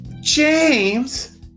James